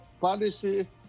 policy